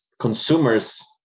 consumers